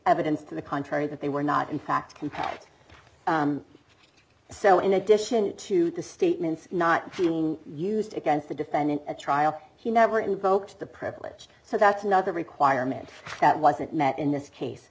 evidence to the contrary that they were not in fact compact so in addition to the statements not being used against the defendant at trial he never invokes the privilege so that's another requirement that wasn't met in this case